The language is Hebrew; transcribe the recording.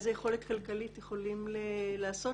איזה יכולת כלכלית יכולים לעשות,